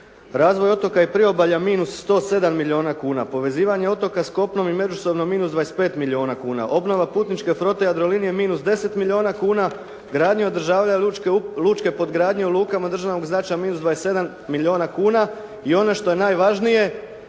Razvoj otoka i priobalja minus 107 milijuna kuna, povezivanje otoka s kopnom i …/Govornik se ne razumije./… minus 25 milijuna kuna, obnova putničke frote jadrolinije minus 10 milijuna kuna, gradnja i održavanje lučke podgradnje u lukama od državnog značaja minus 27 milijuna kuna i ono što je najvažnije